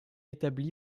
établie